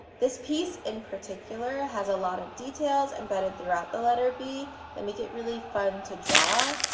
this piece in particular has a lot of details embedded throughout the letter b that make it really fun to draw,